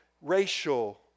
racial